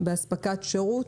באספקת שירות,